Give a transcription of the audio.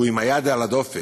הוא עם היד על הדופק.